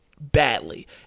badly